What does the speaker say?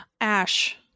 Ash